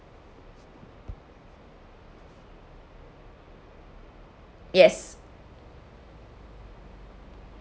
yes